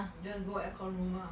you just go aircon room lah